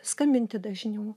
skambinti dažniau